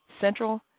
Central